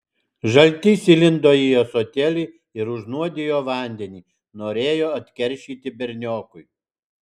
žaltys įlindo į ąsotėlį ir užnuodijo vandenį norėjo atkeršyti berniokui